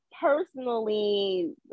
personally